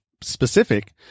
Specific